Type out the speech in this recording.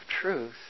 truth